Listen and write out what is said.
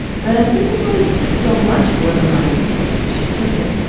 but i think it wasn't so much for the money. of course she took it.